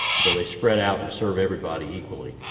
so they spread out and serve everybody equally.